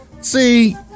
see